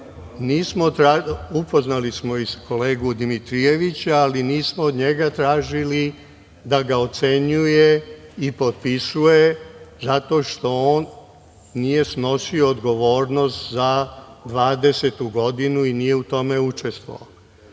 upoznali smo kolegu Dimitrijevića, ali nismo od njega tražili da ga ocenjuje i potpisuje zato što on nije snosio odgovornost za 2020. godinu i nije u tome učestvovao. To